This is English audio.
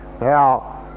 now